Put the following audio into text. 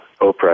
Oprah